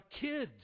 kids